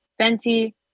Fenty